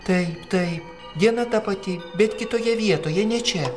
taip taip diena ta pati bet kitoje vietoje ne čia